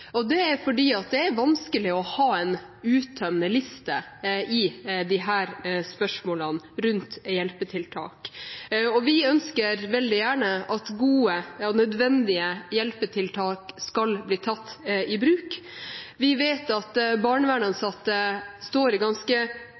tiltak». Det er fordi det er vanskelig å ha en uttømmende liste i spørsmålene rundt hjelpetiltak, og vi ønsker veldig gjerne at gode og nødvendige hjelpetiltak skal bli tatt i bruk. Vi vet at barnevernsansatte står i ganske